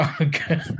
okay